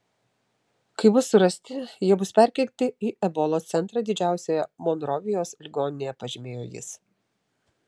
kai bus surasti jie bus perkelti į ebolos centrą didžiausioje monrovijos ligoninėje pažymėjo jis